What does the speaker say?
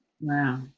Wow